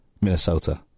Minnesota